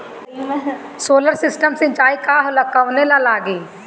Solar system सिचाई का होला कवने ला लागी?